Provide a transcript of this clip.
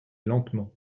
lentement